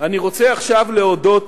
אני רוצה עכשיו להודות